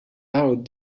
out